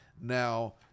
Now